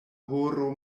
horo